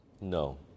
No